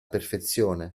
perfezione